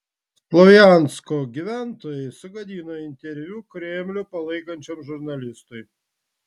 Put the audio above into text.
slovjansko gyventojai sugadino interviu kremlių palaikančiam žurnalistui